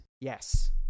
Yes